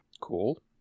cool